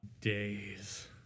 days